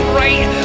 right